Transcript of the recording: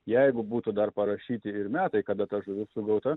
jeigu būtų dar parašyti ir metai kada ta žuvis sugauta